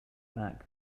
back